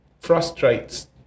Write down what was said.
frustrates